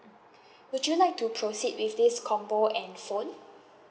would you like to proceed with this combo and phone